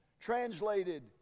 translated